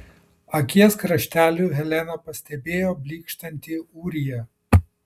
akies krašteliu helena pastebėjo blykštantį ūriją